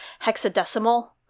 hexadecimal